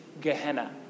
Gehenna